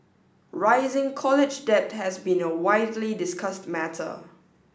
rising college debt has been a widely discussed matter